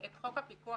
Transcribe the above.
את הפיקוח